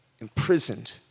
imprisoned